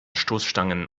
stoßstangen